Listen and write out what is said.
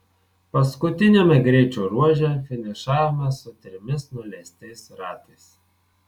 paskutiniame greičio ruože finišavome su trimis nuleistais ratais